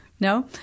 No